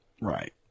Right